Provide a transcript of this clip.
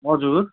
हजुर